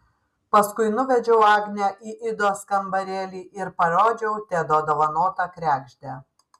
paskui nuvedžiau agnę į idos kambarėlį ir parodžiau tedo dovanotą kregždę